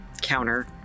counter